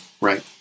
Right